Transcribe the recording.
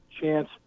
chance